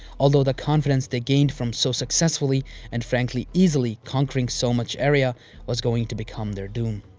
although, the confidence they gained from so successfully and frankly, easily conquering so much area was going to become their doom.